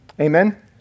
Amen